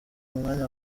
umwanya